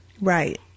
Right